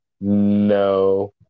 No